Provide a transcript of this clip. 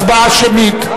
הצבעה שמית.